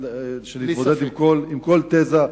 אני מוכן להתמודד עם כל תזה,